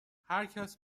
هرکسی